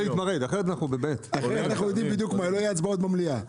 אחרת לא יהיו הצבעות במליאה.